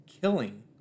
killing